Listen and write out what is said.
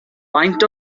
faint